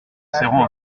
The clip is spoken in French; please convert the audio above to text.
serrant